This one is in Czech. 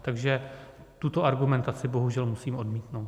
Takže tuto argumentaci bohužel musím odmítnout.